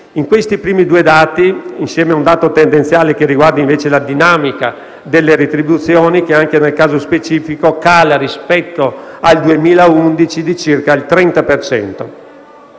A questi primi due dati si aggiunge un dato tendenziale che riguarda invece la dinamica delle retribuzioni, che anche nel caso specifico cala, rispetto al 2011, di circa il 30